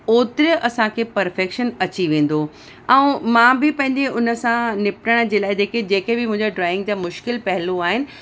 ओतिरो असांखे परफ़ेक्शन अची वेंदो ऐं मां बि पंहिंजे उन सां निपटण जे लाइ जेके जेके बि मुंहिंजा ड्रॉइंग जा मुश्किल पहलू आहिनि